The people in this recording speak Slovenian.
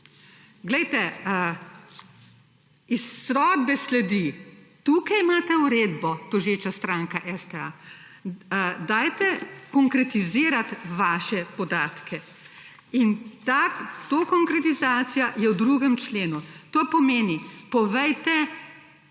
Glejte, iz sodbe sledi, tukaj imate uredbo tožeča stranka STA, dajte konkretizirati vaše podatke. In to konkretizacija je v 2. členu. To pomeni povejte